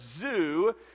zoo